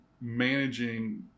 managing